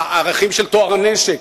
ערכים של טוהר הנשק,